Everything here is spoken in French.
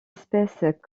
espèce